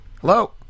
Hello